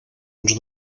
uns